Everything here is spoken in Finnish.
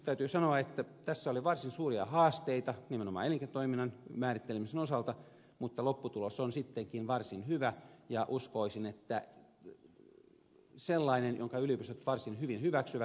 täytyy sanoa että tässä oli varsin suuria haasteita nimenomaan elinkeinotoiminnan määrittelemisen osalta mutta lopputulos on sittenkin varsin hyvä ja uskoisin sellainen jonka yliopistot varsin hyvin hyväksyvät